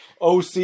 OC